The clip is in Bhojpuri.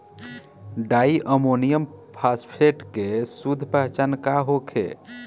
डाई अमोनियम फास्फेट के शुद्ध पहचान का होखे?